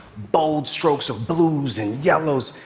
bold strokes of blues and yellows,